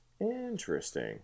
Interesting